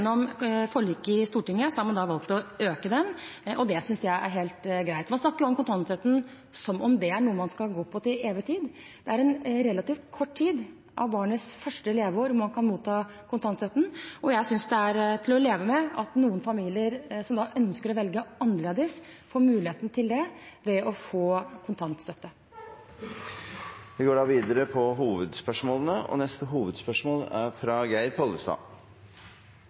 i Stortinget har man valgt å øke den, og det synes jeg er helt greit. Man snakker om kontantstøtten som om det er noe man får til evig tid. Det er en relativt kort tid av barnets første leveår man kan motta kontantstøtte, og jeg syns det er til å leve med at noen familier som da ønsker å velge annerledes, får mulighet til det ved å få kontantstøtte. Vi går da videre til neste hovedspørsmål.